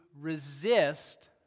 resist